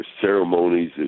ceremonies